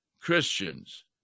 Christians